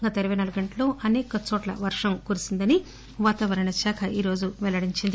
గత ఇరవై నాలుగు గంటలు అనేక చోట్ల వర్గం కురిసిందని వాతావరణ శాఖ పెల్లడించింది